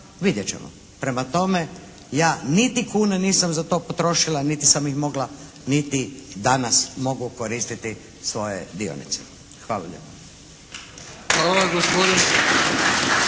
vidjet ćemo. Prema tome ja niti kune nisam za to potrošila, niti sam ih mogla niti danas mogu koristiti svoje dionice. Hvala lijepa.